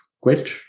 quit